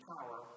power